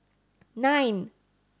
nine